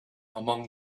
among